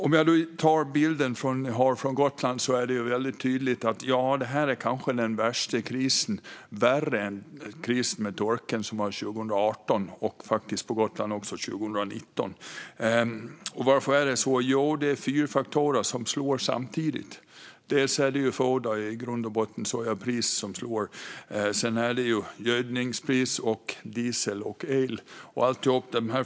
Enligt den bild jag har från Gotland är detta kanske den värsta krisen - värre än krisen med torkan 2018 och, på Gotland, även 2019. Varför är det så? Det är fyra faktorer som slår samtidigt. Det handlar om foderpriset - eller i grund och botten om sojapriset - samt om priset på gödning, diesel och el.